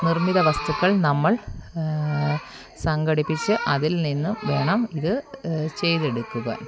നിർമ്മിത വസ്തുക്കൾ നമ്മൾ സംഘടിപ്പിച്ച് അതിൽ നിന്നും വേണം ഇത് ചെയ്തെടുക്കുക